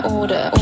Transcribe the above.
order